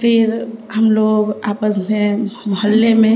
پھر ہم لوگ آپس میں محلے میں